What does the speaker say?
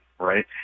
right